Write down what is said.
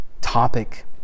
topic